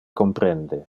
comprende